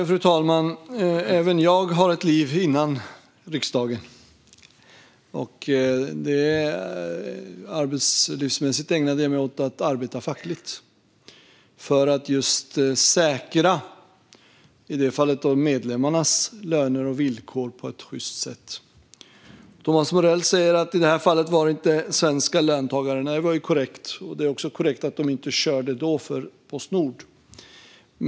Fru talman! Även jag hade ett liv före riksdagen. Arbetslivsmässigt ägnade jag det åt att arbeta fackligt, just för att säkra i det fallet sjysta löner och villkor för medlemmarna. Thomas Morell säger att det i detta fall inte var svenska löntagare. Nej, det är korrekt. Det är också korrekt att de då inte körde för Postnord.